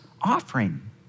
offering